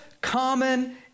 common